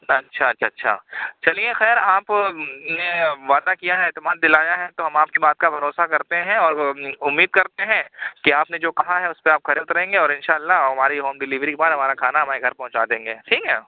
اچھا اچھا اچھا اچھا چلیے خیر آپ نے وعدہ کیا ہے اعتماد دلایا ہے تو ہم آپ کی بات کا بھروسہ کرتے ہیں اور امید کرتے ہیں کہ آپ نے جو کہا ہے اس پہ آپ کھرے اتریں گے ان شاء اللہ اور ہماری ہوم ڈلیوری کے بعد ہمارا کھانا ہمارے گھر پہنچا دیں گے ٹھیک ہے